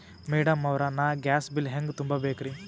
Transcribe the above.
Madam ಅವ್ರ, ನಾ gas bill ಹೆಂಗ ತುಂಬಾ ಬೇಕ್ರಿ?